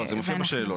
לא, זה מופיע בשאלות